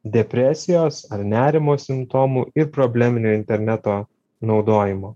depresijos ar nerimo simptomų ir probleminio interneto naudojimo